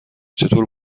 چطور